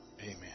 Amen